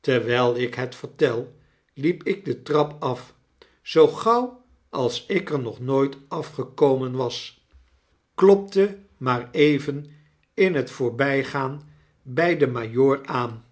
terwyl ik het vertel liep ik de trap af zoo gauw als ik er nog nooit afgekomen was klopte maar even in het voorbygaan by den majoor aan